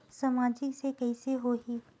सामाजिक से कइसे होही?